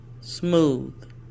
Smooth